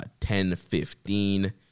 10-15